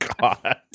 God